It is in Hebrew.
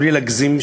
בלי להגזים,